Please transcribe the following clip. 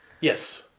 Yes